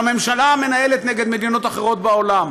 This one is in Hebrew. שהממשלה מנהלת נגד מדינות אחרות בעולם.